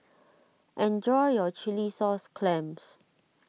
enjoy your Chilli Sauce Clams